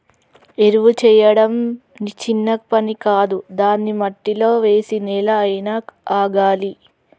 ఎరువు చేయడం చిన్న పని కాదు దాన్ని మట్టిలో వేసి నెల అయినా ఆగాలి